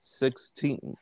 sixteen